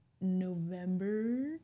November